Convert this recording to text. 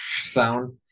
sound